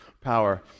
power